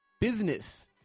Business